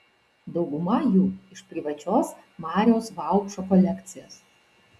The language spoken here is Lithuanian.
dauguma jų iš privačios mariaus vaupšo kolekcijos